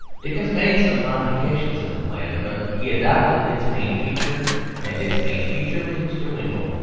dickens made some modifications in the plan, but he adopted its main feature and its main feature was mr. winkle.